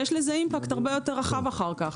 יש לזה אימפקט הרבה יותר רחב אחר כך.